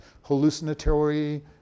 hallucinatory